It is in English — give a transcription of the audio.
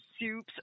soups